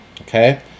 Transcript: Okay